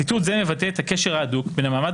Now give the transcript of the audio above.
ציטוט זה מבטא את הקשר ההדוק בין המעמד